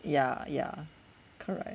ya ya correct